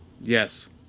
Yes